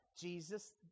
Jesus